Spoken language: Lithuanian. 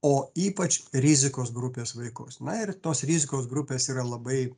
o ypač rizikos grupės vaikus na ir tos rizikos grupės yra labai